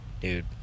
Dude